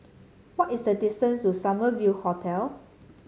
what is the distance to Summer View Hotel